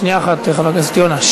שנייה אחת, חבר הכנסת יונה.